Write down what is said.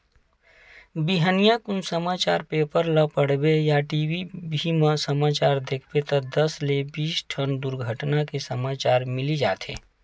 बिहनिया कुन समाचार पेपर ल पड़बे या टी.भी म समाचार देखबे त दस ले बीस ठन दुरघटना के समाचार मिली जाथे